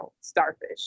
starfish